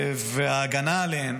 וההגנה עליהן